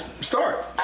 start